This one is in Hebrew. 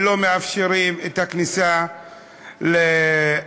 ולא מאפשרים את הכניסה לאחרים.